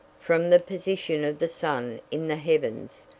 from the position of the sun in the heavens,